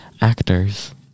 actors